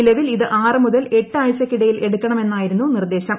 നിലവിൽ ഇത് ആറ് മുതൽ എട്ട് ആഴ്ചയ്ക്കിടയിൽ എടുക്കണമെന്നായിരുന്നു നിർദേശം